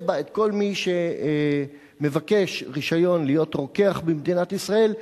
בה את כל מי שמבקש רשיון להיות רוקח במדינת ישראל,